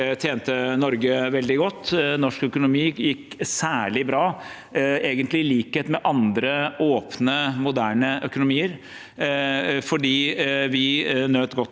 tjente Norge veldig godt, norsk økonomi gikk særlig bra – egentlig i likhet med andre åpne, moderne økonomier – fordi vi nøt godt